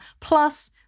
plus